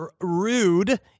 rude